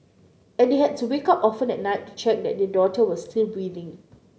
and they had to wake up often at night to check that their daughter was still breathing